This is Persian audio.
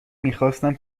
میخواستم